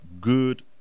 good